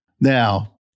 Now